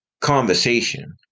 conversation